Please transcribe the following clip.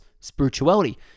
Spirituality